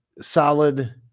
solid